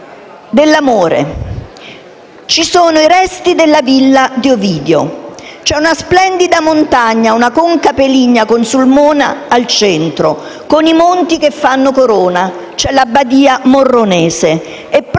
*amoris*, ci sono i resti della villa di Ovidio. C'è una splendida montagna, una Conca Peligna, con Sulmona al centro e i monti che fanno corona. C'è la Badia Morronese e, proprio